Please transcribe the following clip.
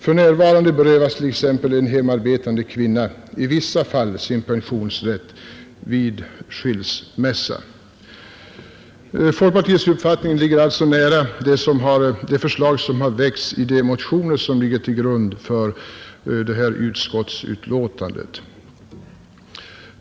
För närvarande berövas t.ex. en hemarbetande kvinna i vissa fall sin pensionsrätt vid skilsmässa.” Folkpartiets uppfattning ligger alltså nära de förslag som har väckts i de motioner som utgör grundvalen för utskottets betänkande.